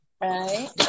right